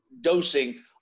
dosing